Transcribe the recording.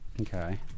Okay